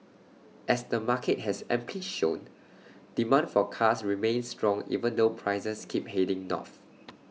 as the market has amply shown demand for cars remains strong even though prices keep heading north